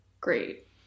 great